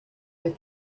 with